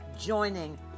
joining